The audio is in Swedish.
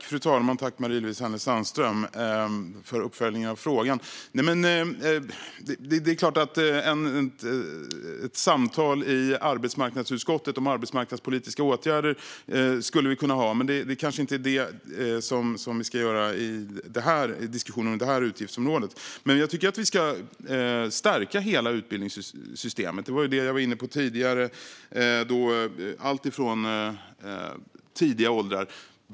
Fru talman! Tack, Marie-Louise Hänel Sandström, för uppföljningen av frågan! Det är klart att vi skulle kunna ha ett samtal i arbetsmarknadsutskottet om arbetsmarknadspolitiska åtgärder, men det kanske inte är det som vi ska ha på det här utgiftsområdet. Jag tycker att vi ska stärka hela utbildningssystemet, som jag var inne på tidigare, även när det gäller barn i tidiga åldrar.